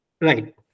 Right